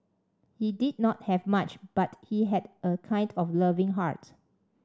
he did not have much but he had a kind and loving heart